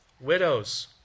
widows